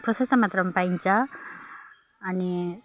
प्रशस्त मात्रामा पाइन्छ अनि